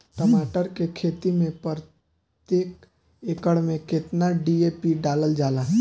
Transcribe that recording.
टमाटर के खेती मे प्रतेक एकड़ में केतना डी.ए.पी डालल जाला?